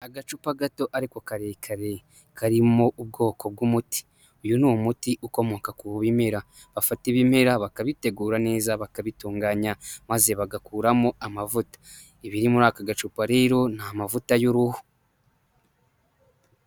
Agacupa gato ariko karekare karimo ubwoko bw'umuti, uyu ni umuti ukomoka ku bimera, bafata ibimera bakabitegura neza bakabitunganya maze bagakuramo amavuta, ibiri muri aka gacupa rero ni amavuta y'uruhu.